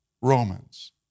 Romans